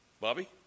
Bobby